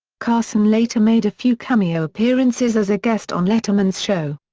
carson later made a few cameo appearances as a guest on letterman's show.